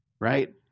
right